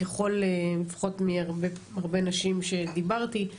לפחות מהרבה נשים שדיברתי עימם,